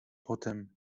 potem